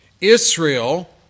Israel